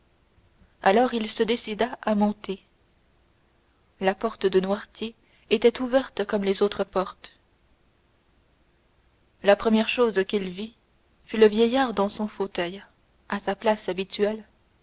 alors il se décida à monter la porte de noirtier était ouverte comme les autres portes la première chose qu'il vit fut le vieillard dans son fauteuil à sa place habituelle